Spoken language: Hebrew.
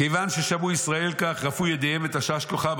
כיוון ששמעו ישראל כך, רפו ידיהם ותשש כוחם.